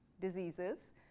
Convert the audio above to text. diseases